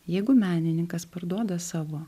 jeigu menininkas parduoda savo